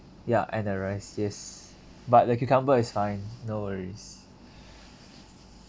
ya and the rice yes but the cucumber is fine no worries